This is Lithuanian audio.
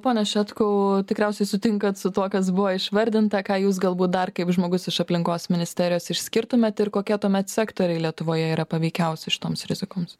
pone šetkau tikriausiai sutinkat su tuo kas buvo išvardinta ką jūs galbūt dar kaip žmogus iš aplinkos ministerijos išskirtumėt ir kokie tuomet sektoriai lietuvoje yra paveikiausi šitoms rizikoms